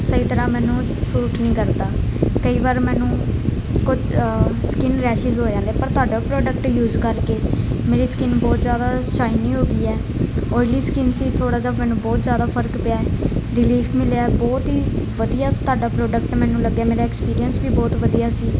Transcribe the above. ਸਹੀ ਤਰ੍ਹਾਂ ਮੈਨੂੰ ਸੂਟ ਨਹੀਂ ਕਰਦਾ ਕਈ ਵਾਰ ਮੈਨੂੰ ਕੁਝ ਸਕਿੰਨ ਰੈਸਿਜ਼ ਹੋ ਜਾਂਦੇ ਪਰ ਤੁਹਾਡਾ ਪ੍ਰੋਡਕਟ ਯੂਜ ਕਰਕੇ ਮੇਰੀ ਸਕਿੰਨ ਬਹੁਤ ਜ਼ਿਆਦਾ ਸ਼ਾਈਨੀ ਹੋ ਗਈ ਹੈ ਓਈਲੀ ਸਕਿੰਨ ਸੀ ਥੋੜ੍ਹਾ ਜਿਹਾ ਮੈਨੂੰ ਬਹੁਤ ਜ਼ਿਆਦਾ ਫਰਕ ਪਿਆ ਰਲੀਫ ਮਿਲਿਆ ਬਹੁਤ ਹੀ ਵਧੀਆ ਤੁਹਾਡਾ ਪ੍ਰੋਡਕਟ ਮੈਨੂੰ ਲੱਗਿਆ ਮੇਰਾ ਐਕਸਪੀਰੀਅੰਸ ਵੀ ਬਹੁਤ ਵਧੀਆ ਸੀ